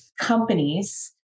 companies